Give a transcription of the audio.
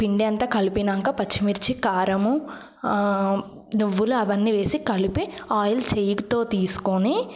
పిండి అంతా కలిపినంక పచ్చిమిర్చి కారం నువ్వులు అవన్నీ వేసి కలిపి ఆయిల్ చేతితో తీసుకొని